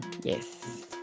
Yes